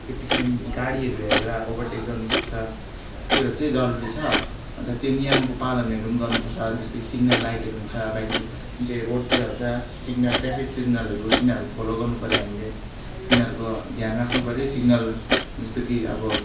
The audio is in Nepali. त्यो पछाडि गाडीहरू हेरेर ओभरटेक गर्नु सक्छ त्योहरू चाहिँ जरुरी छ अन्त त्यो नियमको पालनहरू पनि गर्नु पर्छ जस्तो कि सिग्नल लाइटहरू हुन्छ बाइक जे रोडतिर हुन्छ सिग्नल ट्राफिक सिग्नलहरू तिनीरू फलो गर्नु पऱ्यो हामीले तिनीहरूको ध्यान राख्नु पऱ्यो है सिग्नल जस्तो कि अब